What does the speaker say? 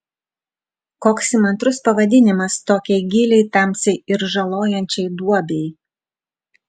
koks įmantrus pavadinimas tokiai giliai tamsiai ir žalojančiai duobei